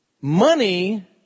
Money